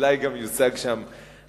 אולי גם יושג שם הסכם.